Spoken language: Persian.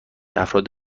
افراد